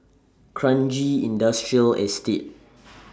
Kranji Industrial Estate